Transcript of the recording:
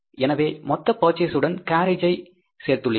எனவே மொத்த பர்சேஸ் உடன் கேரேஜ் யை சேர்த்துள்ளீர்கள்